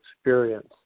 experience